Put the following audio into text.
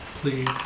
please